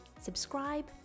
subscribe